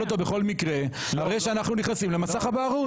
אותו בכל מקרה אחרי שאנחנו נכנסים למסך הבערות.